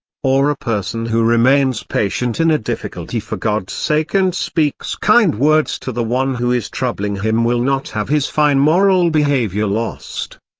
or a person who remains patient in a difficulty for god's sake and speaks kind words to the one who is troubling him will not have his fine moral behavior lost,